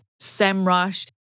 SEMrush